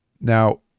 Now